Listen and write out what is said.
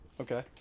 Okay